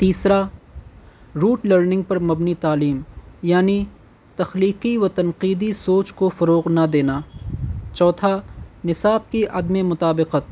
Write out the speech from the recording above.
تیسرا rote learning پر مبنی تعلیم یعنی تخلیقی و تنقیدی سوچ کو فروغ نہ دینا چوتھا نصاب کی عدم مطابقت